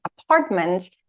apartment